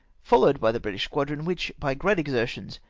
followed by the british squadron, which, by great exer tions,